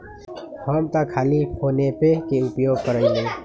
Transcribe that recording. हम तऽ खाली फोनेपे के उपयोग करइले